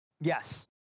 Yes